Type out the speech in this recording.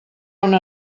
una